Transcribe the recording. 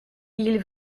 ils